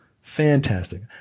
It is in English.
Fantastic